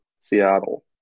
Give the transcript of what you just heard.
Seattle